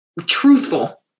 truthful